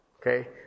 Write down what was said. Okay